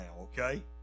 okay